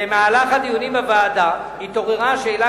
במהלך הדיונים בוועדה התעוררה השאלה